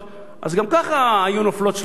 אז ככה גם היו נופלות שלושתן יחד.